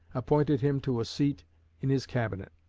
appointed him to a seat in his cabinet.